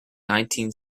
nineteen